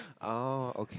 oh okay